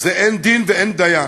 זה אין דין ואין דיין,